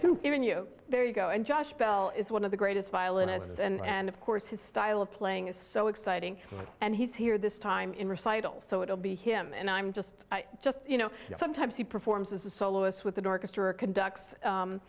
don't even you there you go and josh bell is one of the greatest violinists and of course his style of playing is so exciting and he's here this time in recitals so it will be him and i'm just just you know sometimes he performs as a soloist with an orchestra conducts